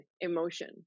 emotion